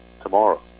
tomorrow